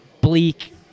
Bleak